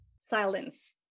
silence